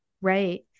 right